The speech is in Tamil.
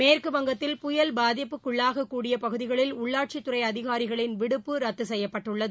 மேற்குவங்கத்தில் புயல் பாதிப்புக்குள்ளாக கூடிய பகுதிகளில் உள்ளாட்சித்துறை அதிகாரிகளின் விடுப்பு ரத்து செய்யப்பட்டுள்ளது